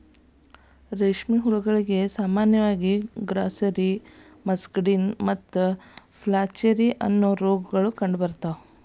ರೇಷ್ಮೆ ಹುಳಗಳಿಗೆ ಸಾಮಾನ್ಯವಾಗಿ ಗ್ರಾಸ್ಸೆರಿ, ಮಸ್ಕಡಿನ್ ಮತ್ತು ಫ್ಲಾಚೆರಿ, ಅನ್ನೋ ರೋಗಗಳು ಕಂಡುಬರ್ತಾವ